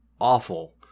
awful